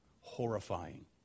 horrifying